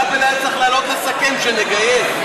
כבל היה צריך לעלות לסכם, שנגייס.